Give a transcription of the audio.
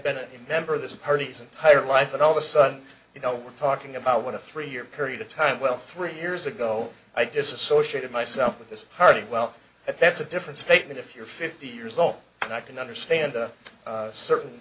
been in member this parties and higher life and all the sudden you know we're talking about one to three year period of time well three years ago i disassociated myself with this party well if that's a different statement if you're fifty years old and i can understand a certain